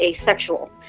asexual